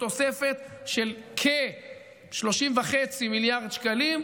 תוספת של כ-30.5 מיליארד שקלים,